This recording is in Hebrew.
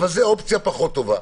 אבל היא פחות טובה.